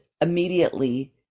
immediately